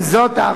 עם זאת,